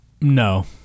no